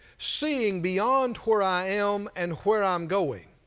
seeing beyond where i am and where i'm going.